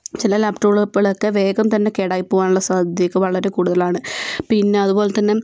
ചില ലാപ്ടോപ്പുകളൊക്കെ വേഗം തന്നെ കേടായിപ്പോവാനുള്ള സാധ്യതയൊക്കെ വളരെ കൂടുതലാണ് പിന്നെ അതുപോലെത്തന്നെ